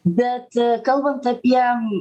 bet kalbant apie